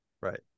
Right